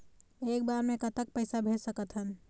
एक बार मे कतक पैसा भेज सकत हन?